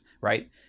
right